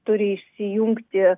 turi išsijungti